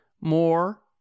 more